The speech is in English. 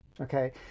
Okay